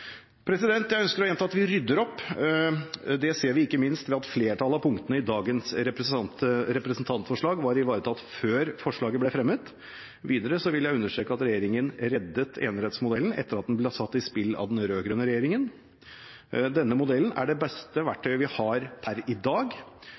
Jeg ønsker å gjenta at vi rydder opp, og det ser vi ikke minst ved at flertallet av punktene i dagens representantforslag var ivaretatt før forslaget ble fremmet. Videre vil jeg understreke at regjeringen reddet enerettsmodellen, etter at den ble satt i spill av den rød-grønne regjeringen. Denne modellen er det beste verktøyet vi har per i dag.